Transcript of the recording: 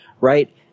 right